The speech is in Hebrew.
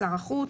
שר החוץ,